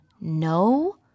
no